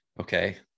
okay